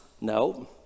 No